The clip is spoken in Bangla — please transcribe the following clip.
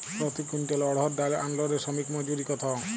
প্রতি কুইন্টল অড়হর ডাল আনলোডে শ্রমিক মজুরি কত?